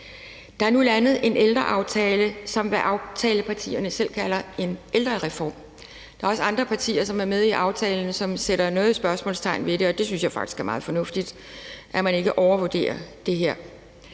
Der er nu landet en ældreaftale, som aftalepartierne selv kalder en ældrereform. Der er også andre partier, som er med i aftalen, som i nogen grad sætter spørgsmålstegn ved det, og det synes jeg faktisk er meget fornuftigt, altså at man ikke overvurdere det her.